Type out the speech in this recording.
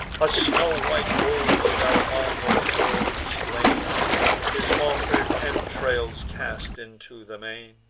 a snow-white bull shall on your shore be slain his offer'd entrails cast into the main,